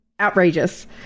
outrageous